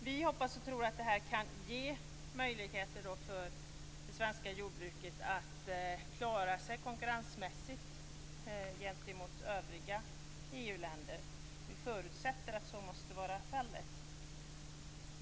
Vi hoppas och tror att detta kan ge möjligheter för det svenska jordbruket att klara sig konkurrensmässigt gentemot övriga EU-länder. Vi förutsätter att så måste vara fallet.